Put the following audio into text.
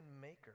maker